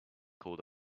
called